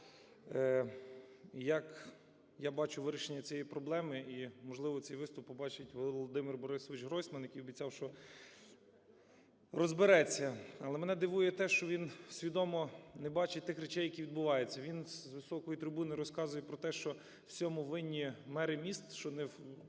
як я бачу вирішення цієї проблеми. І, можливо, цей виступ побачить Володимир Борисович Гройсман, який обіцяв, що розбереться. Але мене дивує те, що він свідомо не бачить тих речей, які відбуваються, він з високої трибуни розказує про те, що у всьому винні мери міст, що не починається